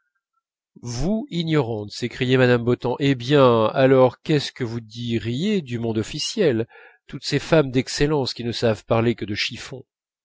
vous ignorante s'écriait mme bontemps hé bien alors qu'est-ce que vous diriez du monde officiel toutes ces femmes d'excellences qui ne savent parler que de chiffons